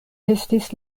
estis